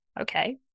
okay